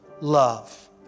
love